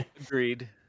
Agreed